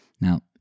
Now